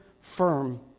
firm